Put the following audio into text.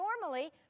normally